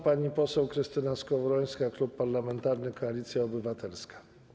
Pani poseł Krystyna Skowrońska, Klub Parlamentarny Koalicja Obywatelska.